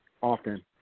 often